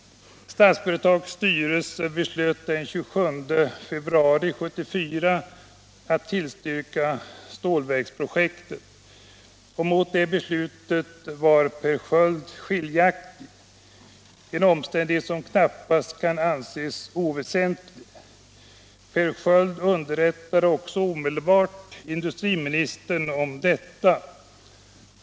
Statsföretags styrelse beslöt den 27 februari 1974 att tillstyrka stålverksprojektet. Mot detta beslut var Per Sköld skiljaktig — en omstän dighet som knappast kan anses oväsentlig. Per Sköld underrättade också omedelbart industriministern om detta.